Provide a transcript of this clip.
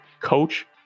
coach